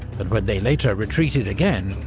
but but they later retreated again,